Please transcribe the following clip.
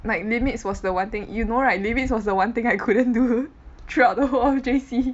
like limits was the one thing you know right limits was the one thing I couldn't do throughout the whole of J_C